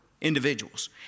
individuals